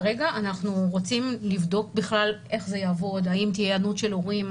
כרגע אנחנו רוצים לבדוק בכלל איך זה יעבור והאם תהיה היענות של הורים.